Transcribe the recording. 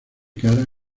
kara